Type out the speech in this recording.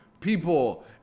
people